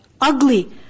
Ugly